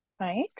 Right